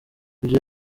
ivyo